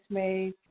made